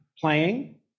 playing